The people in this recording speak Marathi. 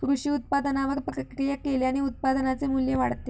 कृषी उत्पादनावर प्रक्रिया केल्याने उत्पादनाचे मू्ल्य वाढते